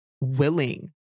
willing